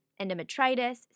endometritis